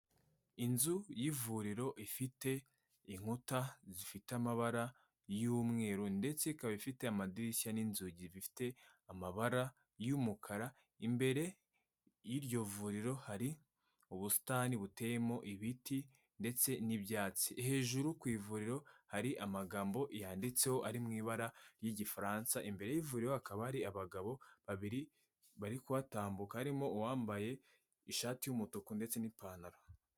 Inzu y'ivuriro ifite inkuta zifite amabara y'umweru ndetse ikaba ifite amadirishya n'inzugi bifite amabara y'umukara, imbere y'iryo vuriro hari ubusitani buteyemo ibiti ndetse n'ibyatsi. Hejuru ku ivuriro hari amagambo yanditseho ari mu ibara y'Igifaransa, imbere y'ivuriro hakaba hari abagabo babiri bari kuhatambuka harimo uwambaye ishati y'umutuku ndetse n'ipantaro.